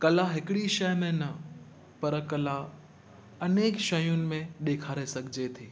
कला हिकिड़ी शइ में न पर कला अनेक शयुनि में ॾेखारे सघिजे थी